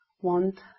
want